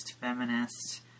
feminist